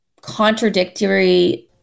contradictory